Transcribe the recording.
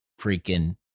freaking